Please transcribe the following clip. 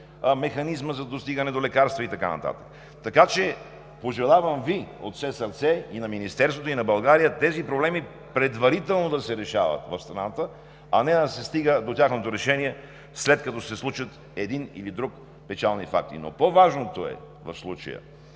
механизма за достигане до лекарства и така нататък. Пожелавам Ви от все сърце – и на Министерството, и на България, тези проблеми предварително да се решават в страната, а не да се стига до тяхното решение, след като се случи един или друг печален факт. По-важното в случая